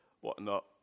whatnot